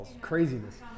Craziness